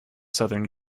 southern